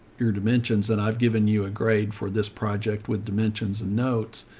your dimensions. and i've given you a grade for this project with dimensions and notes.